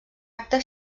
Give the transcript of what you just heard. acta